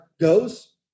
goes